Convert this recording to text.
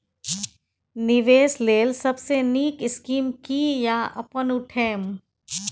निवेश लेल सबसे नींक स्कीम की या अपन उठैम?